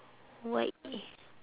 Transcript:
what i~